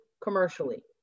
commercially